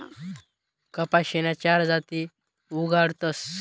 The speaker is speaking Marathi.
कपाशीन्या चार जाती उगाडतस